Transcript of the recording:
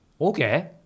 Okay